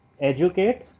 Educate